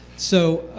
so